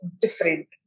different